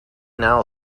now